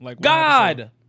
God